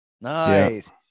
Nice